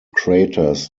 craters